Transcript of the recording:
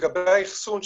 לגבי האחסון,